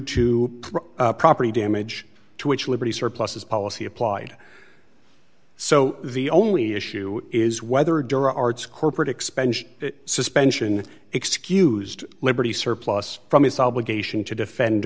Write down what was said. to property damage to which liberty surpluses policy applied so the only issue is whether gerard's corporate expansion suspension excused liberty surplus from its obligation to defend